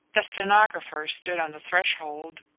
the stenographer stood on the threshold,